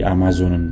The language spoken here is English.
Amazon